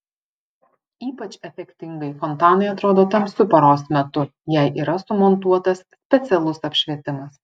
ypač efektingai fontanai atrodo tamsiu paros metu jei yra sumontuotas specialus apšvietimas